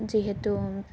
যিহেতু